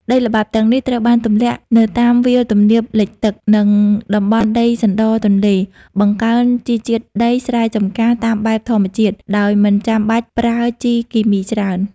ដីល្បាប់ទាំងនេះត្រូវបានទម្លាក់នៅតាមវាលទំនាបលិចទឹក និងតំបន់ដីសណ្ដរទន្លេ បង្កើនជីជាតិដីស្រែចម្ការតាមបែបធម្មជាតិ ដោយមិនចាំបាច់ប្រើជីគីមីច្រើន។